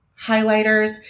highlighters